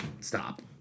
stop